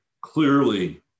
clearly